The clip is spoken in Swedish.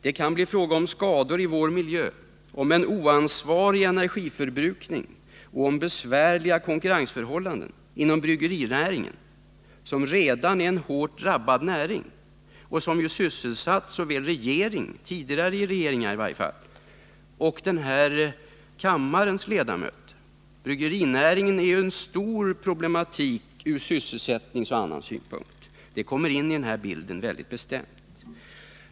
Det kan bli fråga om skador i vår miljö, om en oansvarig energiförbrukning och om besvärliga konkurrensförhållanden inom bryggerinäringen, som redan är hårt drabbad. Både kammarens ledamöter och flera tidigare regeringar har haft anledning att sysselsätta sig med problemen inom denna näring. Bryggerinäringen har ju stora problem ur sysselsättningsmässiga och andra synpunkter, vilket är av betydelse i detta sammanhang.